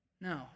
No